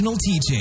teaching